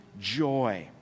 joy